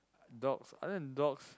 dogs other than dogs